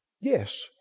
Yes